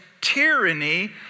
tyranny